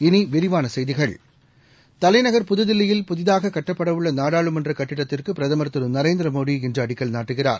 இனி விரிவான செய்திகள் தலைநகர் புதுதில்லியில் புதிதாக கட்டப்படவுள்ள நாடாளுமன்ற கட்டிடத்திற்கு பிரதமர் திரு நரேந்திர மோடி இன்று அடிக்கல் நாட்டுகிறார்